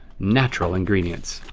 natural ingredients.